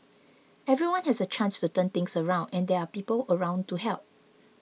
everyone has a chance to turn things around and there are people around to help